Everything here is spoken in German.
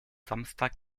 samstag